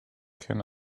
can